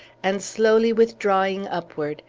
and, slowly withdrawing upward,